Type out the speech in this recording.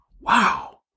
wow